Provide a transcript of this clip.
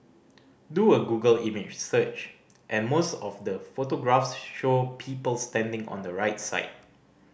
do a Google image search and most of the photographs show people standing on the right side